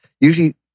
usually